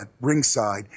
ringside